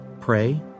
pray